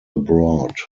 abroad